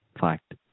fact